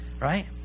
right